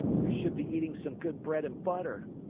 i should be eating some good bread and butter.